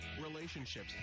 relationships